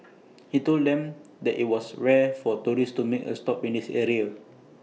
he told them that IT was rare for tourists to make A stop at this area